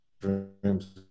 dreams